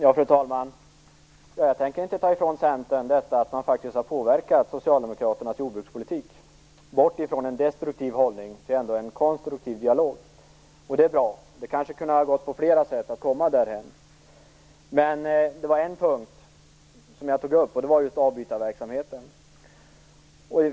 Herr talman! Jag tänker inte ta ifrån Centern att man faktiskt har påverkat Socialdemokraternas jordbrukspolitik bort från en destruktiv hållning och mot en konstruktiv dialog. Det är bra, även om det kanske hade gått att komma dithän på flera sätt. Men jag ville ändå ta upp det här med avbytarverksamheten.